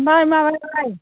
ओमफ्राय माबायालाय